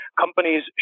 companies